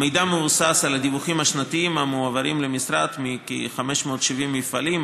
המידע מבוסס על הדיווחים השנתיים המועברים למשרד מכ-570 מפעלים,